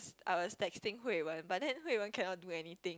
I was texting Hui-Wen but then Hui-Wen cannot do anything